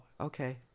okay